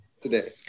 today